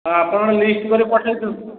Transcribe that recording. ହଁ ଆପଣ ଲିଷ୍ଟ୍ କରି ପଠାଇ ଦିଅନ୍ତୁ